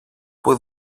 που